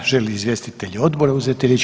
Želi li izvjestitelji Odbora uzeti riječ?